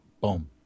Boom